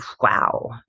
Wow